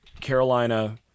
Carolina